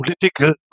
political